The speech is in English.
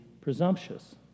presumptuous